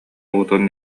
уутун